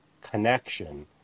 connection